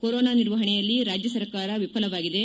corona ನಿರ್ವಹಣೆಯಲ್ಲಿ ರಾಜ್ಯ ಸರ್ಕಾರ ವಿಫಲವಾಗಿದೆ